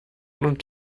und